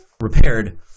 repaired